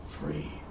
free